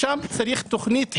שם צריך תוכנית חירום.